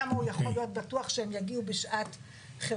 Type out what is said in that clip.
כמה הוא יכול להיות בטוח שהם יגיעו בשעת חירום.